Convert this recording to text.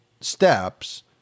steps